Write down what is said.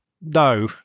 No